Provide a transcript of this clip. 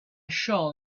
shall